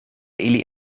ili